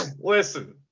Listen